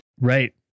right